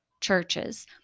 churches